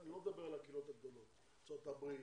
אני לא מדבר על הקהילות הגדולות כמו ארצות הברית,